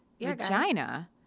vagina